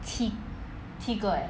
七七个 leh